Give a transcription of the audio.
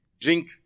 drink